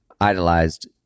idolized